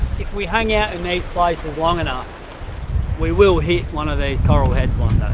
if we hung out in these places long enough we will hit one of these coral heads one